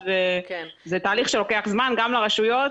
זה תהליך שלוקח זמן גם לרשויות,